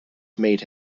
made